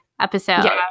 episode